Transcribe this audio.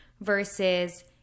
Versus